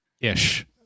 ish